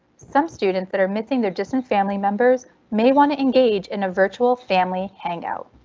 some students that are missing their distant family members may want to engage in a virtual family hang out.